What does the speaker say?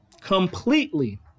completely